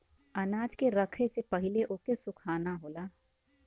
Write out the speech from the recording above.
अनाज के रखे से पहिले ओके सुखाना होला